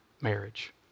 marriage